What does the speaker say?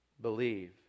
believe